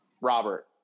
robert